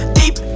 deep